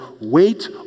Wait